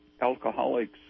alcoholics